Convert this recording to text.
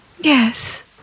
Yes